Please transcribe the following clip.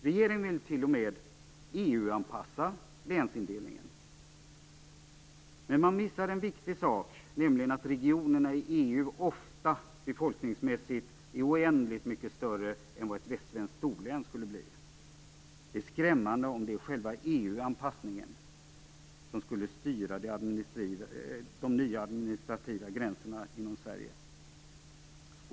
Regeringen vill t.o.m. EU-anpassa länsindelningen. Men man missar en viktig sak, nämligen att regionerna i EU ofta är oändligt mycket större befolkningsmässigt än vad ett västsvenskt storlän skulle bli. Det är skrämmande om det är själva EU anpassningen som skall styra de nya administrativa gränserna inom Sverige.